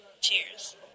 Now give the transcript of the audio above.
Cheers